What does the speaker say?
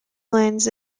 lens